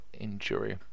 injury